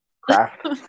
craft